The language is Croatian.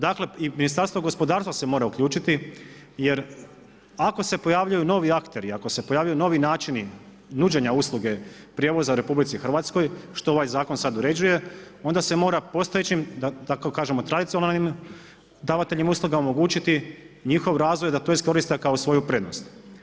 Dakle i Ministarstvo gospodarstva se mora uključiti jer ako se pojavljuju novi akteri, ako se pojavljuju novi načini nuđenja usluge prijevoza RH, što ovaj zakon sad uređuje, onda se mora postojećim, da tako kažemo, tradicionalnim davateljem usluga omogućiti njihov razvoj da to iskoriste kao svoju prednost.